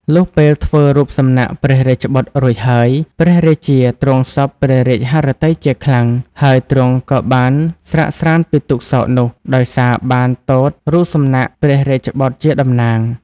លុះពេលធ្វើរូបសំណាក់ព្រះរាជបុត្ររួចហើយ ព្រះរាជាទ្រង់សព្វព្រះរាជហឫទ័យជាខ្លាំង ហើយទ្រង់ក៏បានស្រាកស្រាន្តពីទុក្ខសោកនោះ ដោយសារបានទតរូបសំណាកព្រះរាជបុត្រជាតំណាង ។